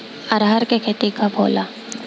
अरहर के खेती कब होला?